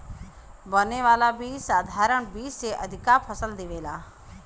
बने वाला बीज साधारण बीज से अधिका फसल देवेला